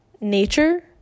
Nature